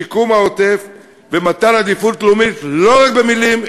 שיקום העוטף ומתן עדיפות לאומית לא רק במילים,